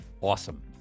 awesome